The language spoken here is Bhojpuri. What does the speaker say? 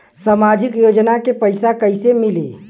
सामाजिक योजना के पैसा कइसे मिली?